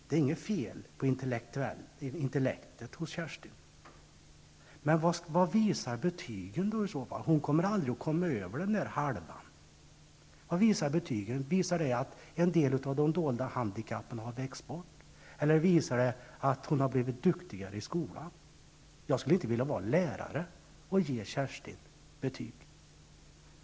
Det är inget fel på intellektet hos Kerstin, men hon kommer ändå aldrig att komma över till den övre halvan. Då frågar jag mig: Vad visar i så fall betygen? Visar de att en del av de dolda handikappen har växt bort? Eller visar de att hon har blivit duktigare i skolan? Jag skulle inte vilja vara lärare och ge Kerstin betyg.